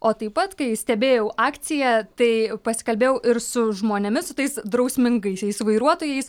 o taip pat kai stebėjau akciją tai pasikalbėjau ir su žmonėmis su tais drausmingaisiais vairuotojais